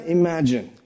imagine